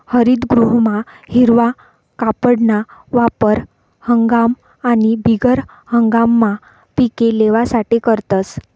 हरितगृहमा हिरवा कापडना वापर हंगाम आणि बिगर हंगाममा पिके लेवासाठे करतस